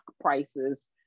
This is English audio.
prices